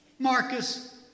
Marcus